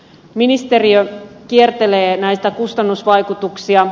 ministeriö kiertelee näitä kustannusvaikutuksia